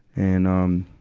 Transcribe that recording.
and, um,